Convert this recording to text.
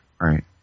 right